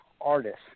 artists